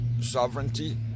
sovereignty